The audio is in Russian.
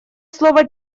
слово